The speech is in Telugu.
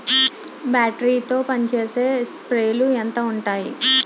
బ్యాటరీ తో పనిచేసే స్ప్రేలు ఎంత ఉంటాయి?